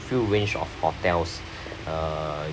few range of hotels uh